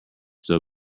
still